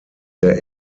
der